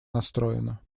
настроена